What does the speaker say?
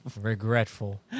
Regretful